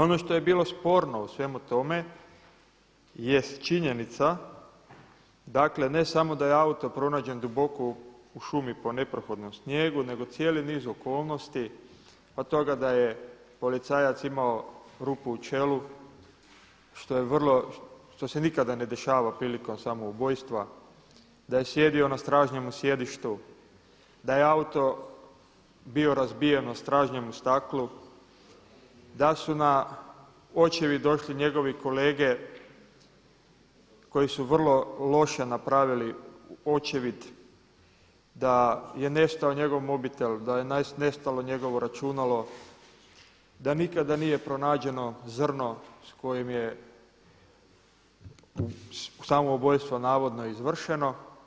Ono što je bilo sporno u svemu tome jest činjenica, dakle ne samo da je auto pronađen duboko u šumi po neprohodnom snijegu, nego cijeli niz okolnosti od toga da je policajac imao rupu u čelu što je vrlo, što se nikada ne dešava prilikom samoubojstva, da je sjedio na stražnjemu sjedištu, da je autu bio razbijeno stražnje mu staklo, da su na očevid došli njegovi kolege koji su vrlo loše napravili očevid, da je nestao njegov mobitel, da je nestalo njegovo računalo, da nikada nije pronađeno zrno s kojim je samoubojstvo navodno izvršeno.